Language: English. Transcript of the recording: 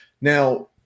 Now –